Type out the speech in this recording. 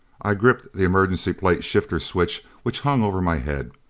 i gripped the emergency plate shifter switch which hung over my head.